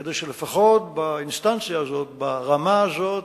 כדי שלפחות באינסטנציה הזאת, ברמה הזאת,